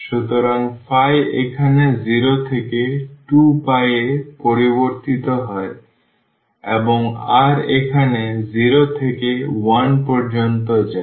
সুতরাং এখানে 0 থেকে 2π এ পরিবর্তিত হয় এবং r এখানে 0 থেকে 1 পর্যন্ত যায়